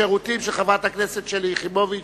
בשירותים ובכניסה למקומות